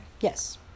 Yes